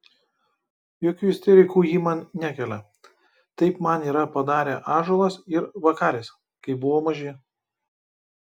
jokių isterikų ji man nekelia taip man yra padarę ąžuolas ir vakaris kai buvo maži